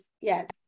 Yes